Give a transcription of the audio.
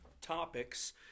topics